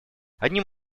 одним